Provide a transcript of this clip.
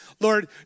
Lord